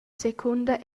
secunda